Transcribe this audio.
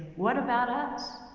what about us?